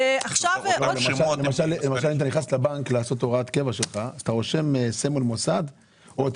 אם אתה נכנס לבנק לעשות הוראת קבע אתה רושם סמל מוסד או את